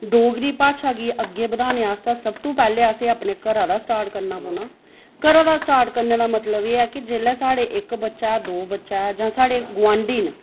डोगरी भाशा गी बधाने आस्तै असें पैह्लें घरै दा स्टार्ट करना पौना घरै दा स्टार्ट करने दा मतलब एह् ऐ की जां साढ़े इक्क बच्चा दौं बच्चा जां साढ़े गोआंढी न